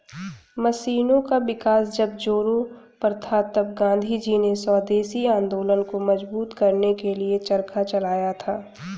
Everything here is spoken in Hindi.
मशीनों का विकास जब जोरों पर था तब गाँधीजी ने स्वदेशी आंदोलन को मजबूत करने के लिए चरखा चलाया था